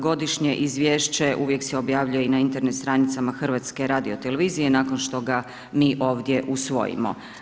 Godišnje izvješće uvijek se objavljuje i na Internet stranicama HRT-a, nakon što ga mi ovdje usvojimo.